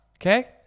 Okay